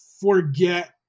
forget